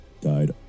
died